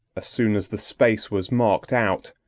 soon as the space was marked out,